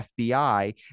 FBI